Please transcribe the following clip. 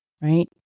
right